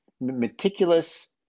meticulous